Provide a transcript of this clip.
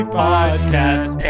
podcast